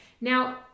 Now